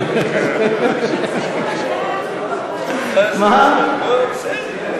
מצחיק במליאה, עצוב בבית.